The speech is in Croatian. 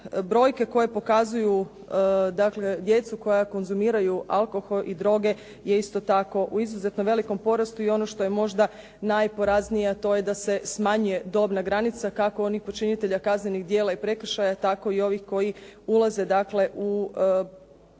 brojke koje pokazuju dakle djecu koja konzumiraju alkohol i droge je isto tako u izuzetnom velikom porastu i ono što je možda najporaznije, a to je da se smanjuje dobna granica kako onih počinitelja kaznenih djela i prekršaja tako i ovih koji ulaze u prostor